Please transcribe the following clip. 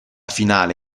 finale